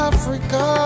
Africa